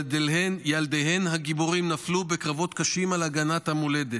שילדיהן הגיבורים נפלו בקרבות קשים על הגנת המולדת.